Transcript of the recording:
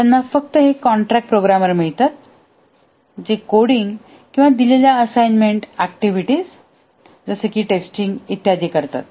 त्यांना फक्त हे कॉन्ट्रॅक्ट प्रोग्रामर मिळतात जे कोडिंग किंवा दिलेल्या असाइनमेंट ऍक्टिव्हिटीजजसे की टेस्टिंग इ करतात